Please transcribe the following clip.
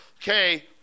okay